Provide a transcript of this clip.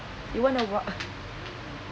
you want to walk